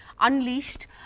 unleashed